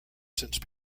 since